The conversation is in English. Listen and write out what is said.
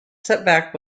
setback